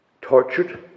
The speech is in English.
tortured